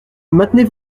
maintenez